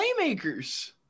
playmakers